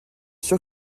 sûr